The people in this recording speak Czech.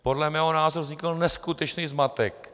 Podle mého názoru vznikl neskutečný zmatek.